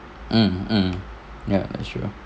mm mm ya sure